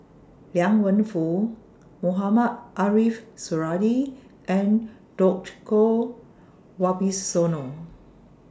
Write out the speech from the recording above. Liang Wenfu Mohamed Ariff Suradi and Djoko Wibisono